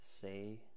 say